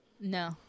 No